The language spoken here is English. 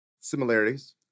similarities